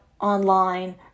online